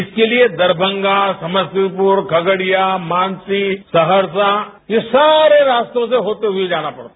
इसके लिए दरभंगा समस्तीपुर खगडिया मानसी सहरसा ये सारे रास्तों से होते हुए जाना पड़ता है